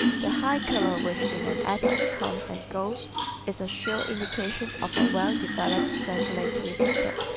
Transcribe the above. the high color which in an adult comes and goes is a sure indication of a well developed circulatory system,